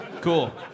cool